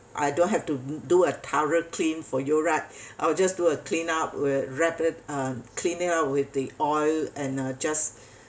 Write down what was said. I don't have to do a thorough clean for you right I'll just do a clean up we'll wrap it uh clean it up with the oil and uh just